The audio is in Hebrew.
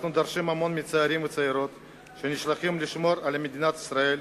אנחנו דורשים המון מהצעירים והצעירות שנשלחים לשמור על מדינת ישראל,